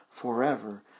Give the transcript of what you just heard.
forever